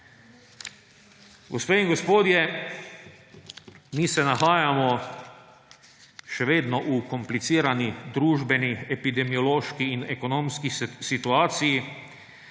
Gospe in gospodje, mi se nahajamo še vedno v komplicirani družbeni, epidemiološki in ekonomski situaciji.